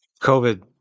covid